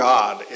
God